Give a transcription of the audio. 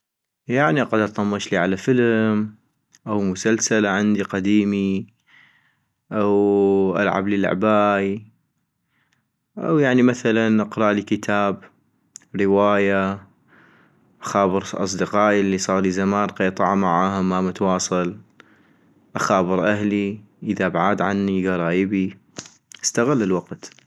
يعني اقعد اطمشلي على فلم أو مسلسل عندي قديمي أو العبلي لعباي ، أو مثلا اقرالي كتاب ، رواية ، اخابر اصدقائي الي صاغلي زمان قيطعا معاهم ما متواصل، اخابر اهلي اذا بعاد عني كرايبي ، استغل الوقت